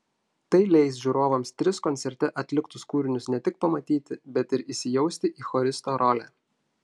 tai leis žiūrovams tris koncerte atliktus kūrinius ne tik pamatyti bet ir įsijausti į choristo rolę